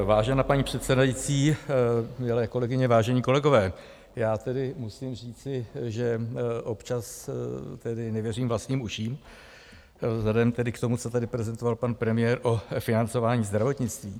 Vážená paní předsedající, milé kolegyně, vážení kolegové, já tedy musím říci, že občas tedy nevěřím vlastním uším vzhledem k tomu, co tady prezentoval pan premiér o financování zdravotnictví.